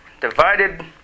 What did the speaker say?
divided